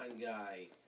guy